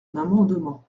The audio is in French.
amendement